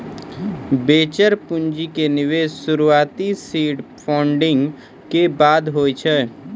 venture पूंजी के निवेश शुरुआती सीड फंडिंग के बादे होय छै